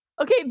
Okay